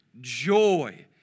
joy